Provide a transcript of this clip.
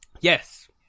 Yes